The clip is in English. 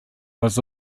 was